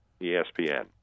ESPN